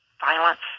violence